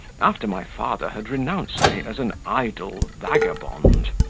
after my father had renounced me as an idle vagabond.